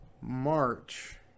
march